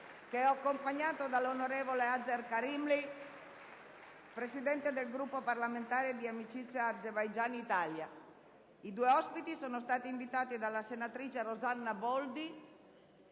che è accompagnato dall'onorevole Azer Karimli, presidente del Gruppo parlamentare di amicizia Azerbaigian-Italia. I due ospiti sono stati invitati dalla senatrice Rossana Boldi,